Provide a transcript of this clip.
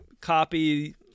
copy